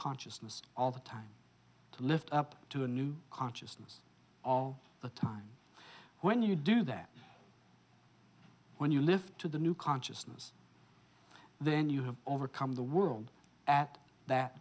consciousness all the time to lift up to a new consciousness all the time when you do that when you live to the new consciousness then you have overcome the world at that